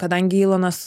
kadangi ilonas